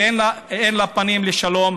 ואין לה פנים לשלום.